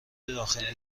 داخل